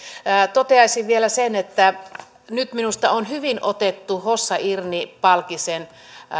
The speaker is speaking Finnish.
toteaisin vielä sen että nyt minusta on hyvin otettu hossa irnin palkisen